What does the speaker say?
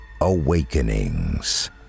Awakenings